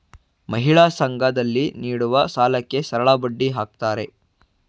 ಮಹಿಳಾ ಸಂಘ ದಲ್ಲಿ ನೀಡುವ ಸಾಲಕ್ಕೆ ಸರಳಬಡ್ಡಿ ಹಾಕ್ತಾರೆ